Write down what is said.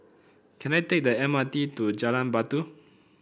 can I take the M R T to Jalan Batu